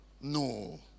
No